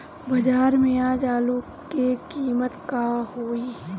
बाजार में आज आलू के कीमत का होई?